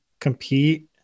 compete